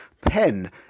pen